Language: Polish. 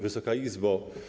Wysoka Izbo!